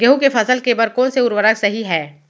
गेहूँ के फसल के बर कोन से उर्वरक सही है?